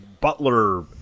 Butler